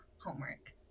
homework